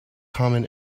common